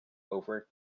over